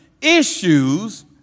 issues